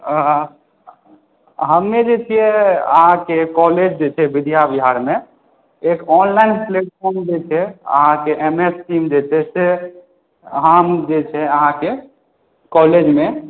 हमे जे छियै अहाँके कॉलेज जे छै विद्या बिहारमे एक ऑनलाइन प्लेटफॉर्म जे छै अहाँकेँ एम एस टीम जे छै से अहाँकेँ उएहमे जे छै हम अहाँके कॉलेजमे